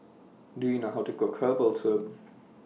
Do YOU know How to Cook Herbal Soup